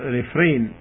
refrain